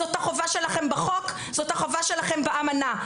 זאת החובה שלכם בחוק, זאת החובה שלכם באמנה.